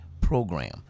program